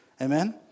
amen